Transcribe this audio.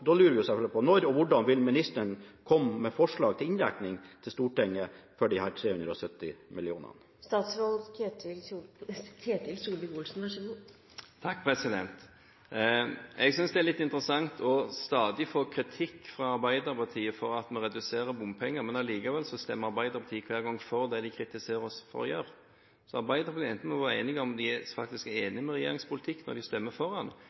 Da lurer jeg selvfølgelig på: Når og hvordan vil ministeren komme med forslag til inndekning til Stortinget for disse 370 mill. kr? Jeg synes det er litt interessant stadig å få kritikk fra Arbeiderpartiet for at vi reduserer bompenger, men allikevel stemmer Arbeiderpartiet hver gang for det de kritiserer oss for å gjøre. Så Arbeiderpartiet må bestemme seg for om de enten er enig i regjeringens politikk når de stemmer for